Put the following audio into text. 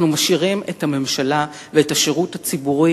אנחנו משאירים את הממשלה ואת השירות הציבורי